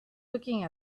looking